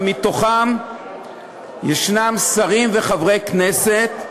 מתוכם ישנם שרים וחברי כנסת,